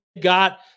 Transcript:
got